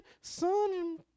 sun